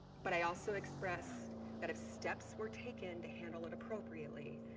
but i also expressed that if steps were taken to handle it appropriately,